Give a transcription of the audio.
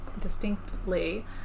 distinctly